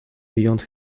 beyond